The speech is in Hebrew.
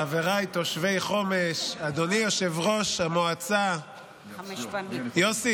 חבריי תושבי חומש, אדוני יושב-ראש המועצה יוסי,